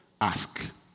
ask